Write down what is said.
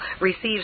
receives